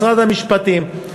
משרד המשפטים,